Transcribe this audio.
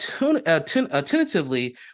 attentively